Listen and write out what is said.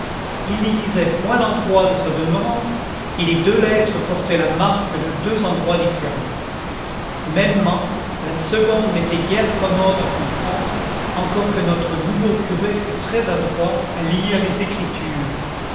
il n'y disait point l'endroit de sa demeurance et les deux lettres portaient la marque de deux endroits différents mêmement la seconde n'était guère commode à comprendre encore que notre nouveau curé fût très adroit à lire les écritures